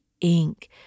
ink